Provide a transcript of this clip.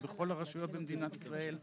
לא בכל הרשויות במדינת ישראל.